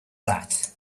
that